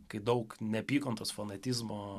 kai daug neapykantos fanatizmo